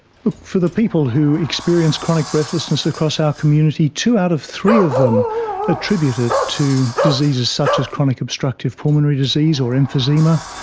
for the people who experience chronic breathlessness across our community, two out of three of them attribute it to diseases such as chronic obstructive pulmonary disease or emphysema,